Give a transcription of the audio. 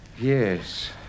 Yes